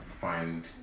find